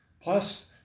Plus